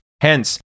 Hence